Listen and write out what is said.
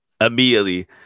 immediately